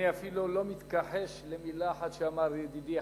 אני לא מתכחש אפילו למלה אחת שאמר ידידי,